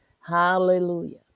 Hallelujah